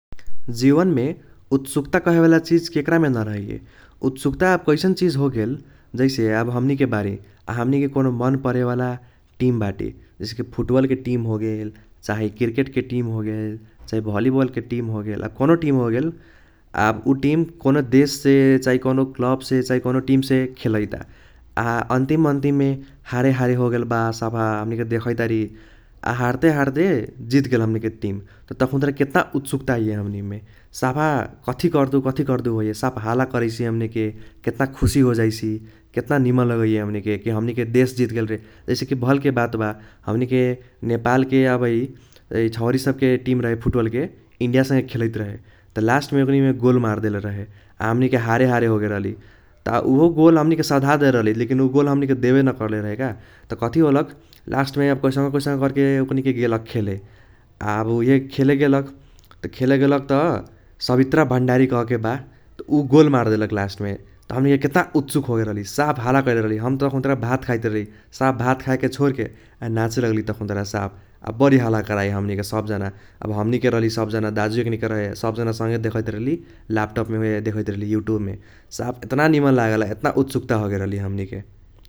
जीवनमे उत्सुकता कहे वाला चीज केक्रामे नरहैये। उत्सुकता आब कैसन चीज होगेल जैसे अब हमनिके बारे आ हमनिके कोनो मन परे वाला टीम बाटे जैसेकी फुटबॉलके टीम होगेल चाहे क्रिकेटके टीम होगेल चाहे भलीबॉलके टीम होगेल आ कोनो टीम होगेल। अब ऊ टीम कोनो देशसे चाही कोनो क्लबसे कोनो टीम खेलईता आ अन्तिम अन्तिममे हारे हारे होगेल बा। साफा हमनिके देखैतारी आ हार्ते हार्ते जितगेल हमनिके टीम त तखुन्तारा केतना उत्सुकता आइये। हमनिमे साफा कथी कर्दु कथी कर्दु साफ हल्ला करैसी हमनिके, केतना खुशी होजाईसी, केतना निमन लगैये हमनिके के हमनिके देश जितगेल रे। जैसेकी भलके बात बा हमनिके नेपालके अब यी छौरी सबके टीम रहै फुटबॉलके इंडिया संगे खेलैत रहै त लास्टमे ओकनिमे गोल मारदेल रहै आ हमनिके हारे हारे होगेल रहली। त उहो गोल हमनिके साधादेल रहली लेकिन ऊ गोल हमनिके देबे न करले रहै का त कथी होलक लास्टमे अब कैसनो कैसन कर्के ओकनीके गेलक खेलै। आ उहे खेले गेलक त खेले गेलक त सबीत्रा भण्डारी कहके बा त ऊ गोल मारदेलक लास्टमे त हमनिके केतना उत्सुक होगेल रहली साफ हल्ला कैले रहली हम त तखुन्त्रा भात खाईत रहली। साफ भात खाईके छोड़के आ नाचे लगली तखुन्त्रा साफ, बरी हल्ला कराई हमनिके सबजना। अब हमनिके रहली सबजना दाजु एकनीके रहे सबजना संगे देखैत रहली लैपटॉपमे देखैतरहली यूट्यूबमे साफ केत्ना निमन लागल एतना उत्सुक होगेरहली हमनिके।